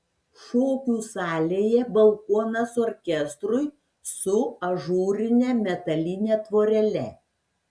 šokių salėje balkonas orkestrui su ažūrine metaline tvorele